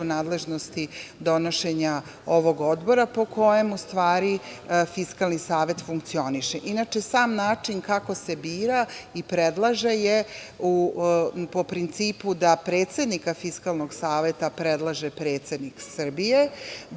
nadležnosti donošenja ovog odbora po kojem, u stvari, Fiskalni savet funkcioniše. Inače, sam način kako se bira i predlaže je po principu da predsednika Fiskalnog saveta predlaže predsednik Srbije,